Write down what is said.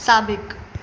साबिक़ु